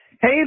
Hey